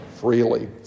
freely